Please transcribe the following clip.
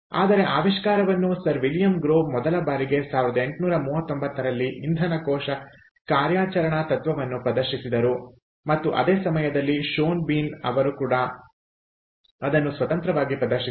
ಆದರೆ ಆವಿಷ್ಕಾರವನ್ನು sir William Grove ಮೊದಲ ಬಾರಿಗೆ 1839 ರಲ್ಲಿ ಇಂಧನ ಕೋಶ ಕಾರ್ಯಾಚರಣಾ ತತ್ವವನ್ನು ಪ್ರದರ್ಶಿಸಿದರು ಮತ್ತು ಅದೇ ಸಮಯದಲ್ಲಿ ಷೋನ್ಬೀನ್ ಅವರು ಕೂಡ ಅದನ್ನು ಸ್ವತಂತ್ರವಾಗಿ ಪ್ರದರ್ಶಿಸಿದರು